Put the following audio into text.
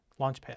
Launchpad